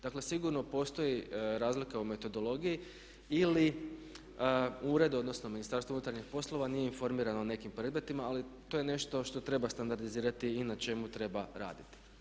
Dakle, sigurno postoji razlika u metodologiji ili ured, odnosno Ministarstvo unutarnjih poslova nije informirano o nekim predmetima, ali to je nešto što treba standardizirati i na čemu treba raditi.